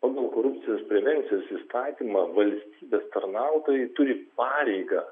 pagal korupcijos prevencijos įstatymą valstybės tarnautojai turi pareigą